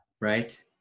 Right